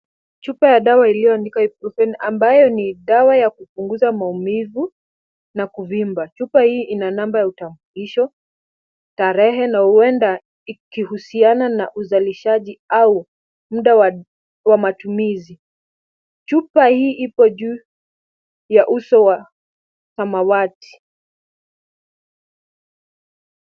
Chupa ya dawa iliyoandikwa Ibuprofen ambayo ni dawa ya kupunguza maumivu na kuvimba. Chupa hii ina namba ya utambulisho, tarehe na huenda ikihusiana na uzalishaji au muda wa matumizi. Chupa hii ipo juu ya uso ya samawati.